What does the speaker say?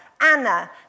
Anna